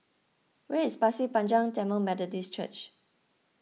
where is Pasir Panjang Tamil Methodist Church